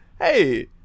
Hey